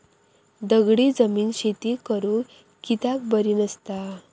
दगडी जमीन शेती करुक कित्याक बरी नसता?